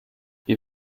wir